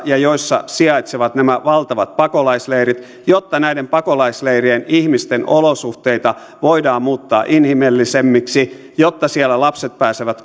ja joissa sijaitsevat nämä valtavat pakolaisleirit jotta näiden pakolaisleirien ihmisten olosuhteita voidaan muuttaa inhimillisemmiksi jotta siellä lapset pääsevät